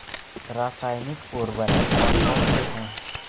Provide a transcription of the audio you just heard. रासायनिक उर्वरक कौन कौनसे हैं?